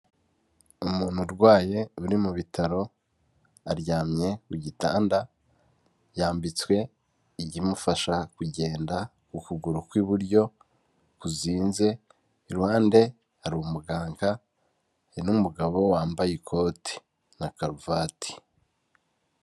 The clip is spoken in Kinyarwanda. Umuntu urwaye uri mu bitaro, aryamye ku gitanda, yambitswe ikimufasha kugenda ku kuguru kw'iburyo kuzinze, iruhande hari umuganga n'umugabo wambaye ikote na karuvati.